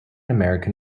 american